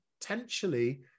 potentially